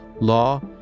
law